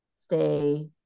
stay